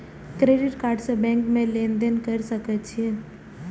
Credit card से bank में लेन देन कर सके छीये?